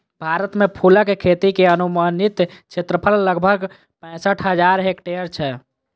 भारत मे फूलक खेती के अनुमानित क्षेत्रफल लगभग पैंसठ हजार हेक्टेयर छै